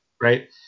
right